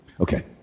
Okay